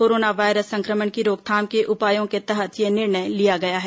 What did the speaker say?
corona virus संक्रमण की रोकथाम के उपायों के तहत यह निर्णय लिया गया है